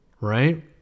right